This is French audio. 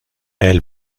elle